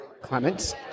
Clements